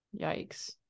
Yikes